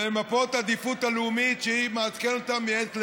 למפות העדיפות הלאומית שהיא מעדכנת אותן מעת לעת.